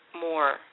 more